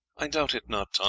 i doubt it not,